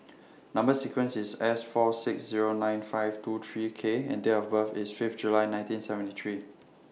Number sequence IS S four six Zero nine five two three K and Date of birth IS Fifth July nineteen seventy three